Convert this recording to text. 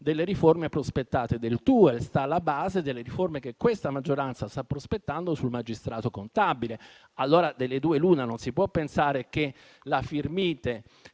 delle riforme prospettate del TUEL e di quelle che questa maggioranza sta prospettando sul magistrato contabile. Allora, delle due l'una: non si può pensare che la norma